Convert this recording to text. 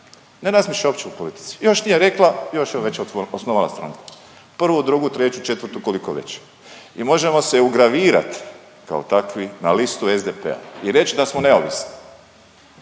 ne razmišlja uopće o politici. Još nije rekla, već je osnovala stranku prvu, drugu, treću, četvrtu, koliko već. I možemo se ugravirati kao takvi na listu SDP-a i reći da smo neovisni,